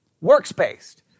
Works-based